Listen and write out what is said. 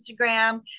Instagram